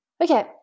Okay